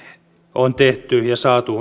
on tehty ja saatu